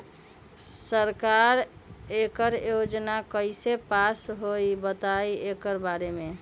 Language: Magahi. सरकार एकड़ योजना कईसे पास होई बताई एकर बारे मे?